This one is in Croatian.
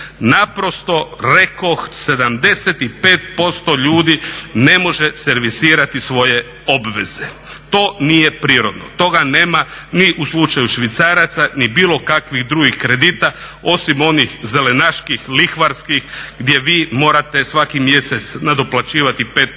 Naprosto rekoh 75% ljudi ne može servisirati svoje obveze. To nije prirodno, toga nema ni u slučaju švicaraca, ni bilo kakvih drugih kredita osim onih zelenaških lihvarskih gdje vi morate svaki mjesec nadoplaćivati 5%